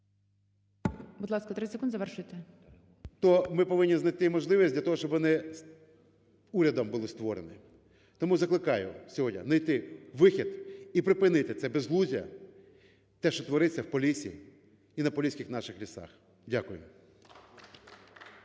Будь ласка, 30 секунд, завершуйте. РОЗЕНБЛАТ Б.С. … то ми повинні знайти можливість для того, щоб вони урядом були створені. Тому закликаю сьогодні знайти вихід і припинити це безглуздя, те що твориться в Поліссі і на поліських наших лісах. Дякую.